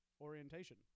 Orientation